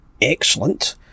excellent